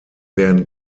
werden